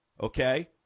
okay